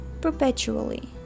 perpetually